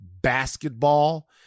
basketball